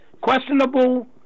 questionable